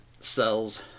cells